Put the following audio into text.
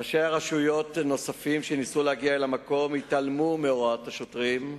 ראשי רשויות נוספים שניסו להגיע למקום התעלמו מהוראות השוטרים,